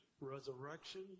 resurrection